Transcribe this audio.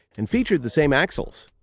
and featured the same axles.